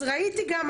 אז ראיתי גם,